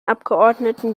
abgeordneten